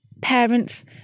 parents